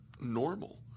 normal